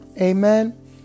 amen